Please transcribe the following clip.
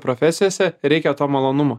profesijose reikia to malonumo